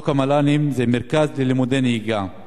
חוק המל"נים זה מרכז ללימודי נהיגה.